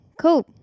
cool